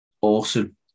awesome